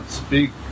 speak